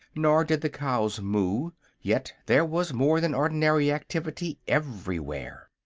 nor did the cows moo yet there was more than ordinary activity everywhere.